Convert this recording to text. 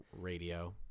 Radio